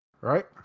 right